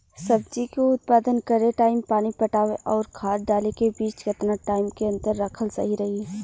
सब्जी के उत्पादन करे टाइम पानी पटावे आउर खाद डाले के बीच केतना टाइम के अंतर रखल सही रही?